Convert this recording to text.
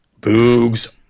Boogs